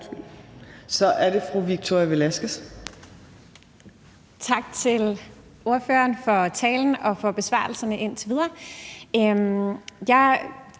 Tak til ordføreren for talen og for besvarelserne indtil videre.